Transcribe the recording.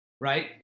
Right